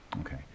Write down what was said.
Okay